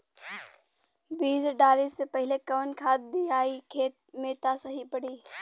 बीज डाले से पहिले कवन खाद्य दियायी खेत में त सही पड़ी?